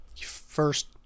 first